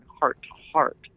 heart-to-heart